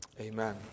Amen